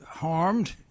harmed